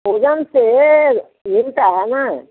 ओजन से मिलता है ना